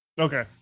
okay